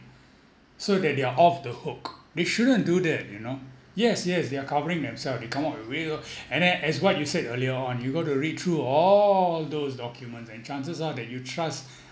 so that they are off the hook they shouldn't do that you know yes yes they are covering themselves they come out with and then as what you said earlier on you got to read through all those documents and chances are that you trust`